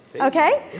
Okay